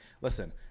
listen